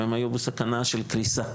הם היו בסכנה של קריסה.